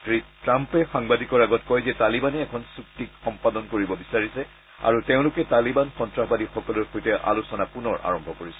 শ্ৰী ট্ৰাম্পে সাংবাদিকৰ আগত কয় যে তালিবানে এখন চুক্তিক সম্পাদন কৰিব বিচাৰিছে আৰু তেওঁলোকে তালিবান সন্তাসবাদীসকলৰ সৈতে আলোচনা পুনৰ আৰম্ভ কৰিছে